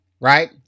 right